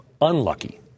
unlucky